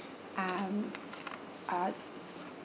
um uh